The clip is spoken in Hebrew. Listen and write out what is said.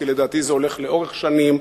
כי לדעתי זה הולך לאורך שנים,